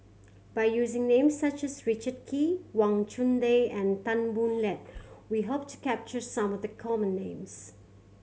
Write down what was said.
by using names such as Richard Kee Wang Chunde and Tan Boo Liat we hope to capture some of the common names